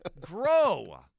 Grow